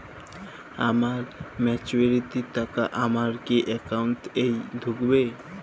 আমার ম্যাচুরিটির টাকা আমার কি অ্যাকাউন্ট এই ঢুকবে?